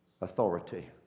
Authority